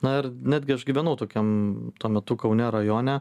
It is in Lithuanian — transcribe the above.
na ir netgi aš gyvenau tokiam tuo metu kaune rajone